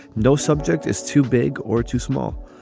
no subject is too big or too small.